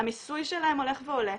המיסוי שלהם הולך ועולה.